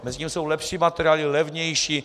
Mezitím jsou lepší materiály, levnější.